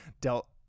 dealt